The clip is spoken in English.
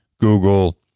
Google